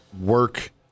work